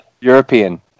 European